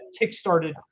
kickstarted